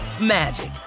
magic